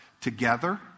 Together